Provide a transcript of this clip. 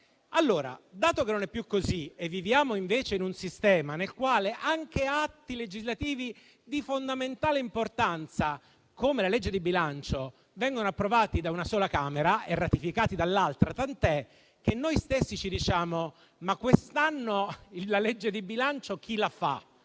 non è più così. Non è più così e viviamo, invece, in un sistema nel quale anche atti legislativi di fondamentale importanza, come la legge di bilancio, vengono approvati da una sola Camera e ratificati dall'altra. Tant'è che noi stessi ci chiediamo: ma quest'anno la legge di bilancio chi la